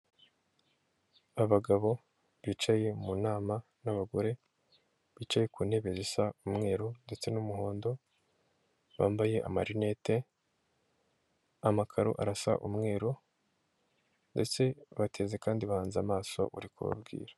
Abagabo bicaye mu nama n'abagore bicaye ku ntebe zisa umweru ndetse n'umuhondo, bambaye amarinete, amakaro arasa umweru ndetse bateze kandi bahanze amaso uri kubabwira.